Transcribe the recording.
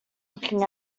looking